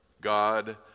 God